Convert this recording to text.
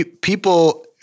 People